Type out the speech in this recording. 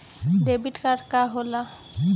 Debit card का होला?